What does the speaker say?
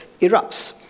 erupts